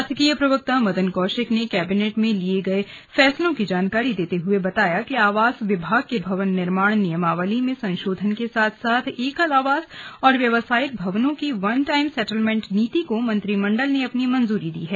शासकीय प्रवक्ता मदन कौशिक ने कैबिनेट में लिए गए र्फसलों की जानकारी देते हुए बताया कि आवास विभाग के भवन निर्माण नियमावली में संशोधन के साथ साथ एकल आवास और व्यावसायिक भवनों की वन टाइम सेटलमेंट नीति को मंत्रिमंडल ने अपनी मंजूरी दी है